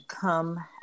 come